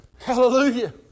Hallelujah